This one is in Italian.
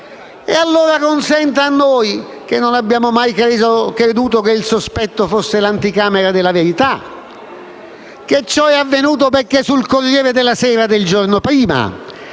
consenta a noi, che non abbiamo mai creduto che il sospetto fosse l'anticamera della verità, di pensare che ciò sia avvenuto perché sul «Corriere della Sera» del giorno prima